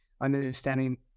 understanding